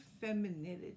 femininity